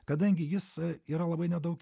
kadangi jis yra labai nedaug